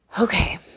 okay